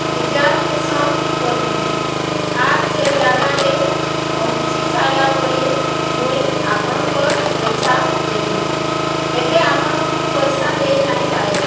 reservation କରବି ଆର୍ ସେ ଜାଗାରେ ପହଞ୍ଚିସାଇଲା ପରେ ମୁଇଁ ଆପଣଙ୍କର୍ ପଏସା ଦେମି ଏବେ ଆପଣଙ୍କୁ ପଏସା ଦେଇ ନାଇଁ ପାରେ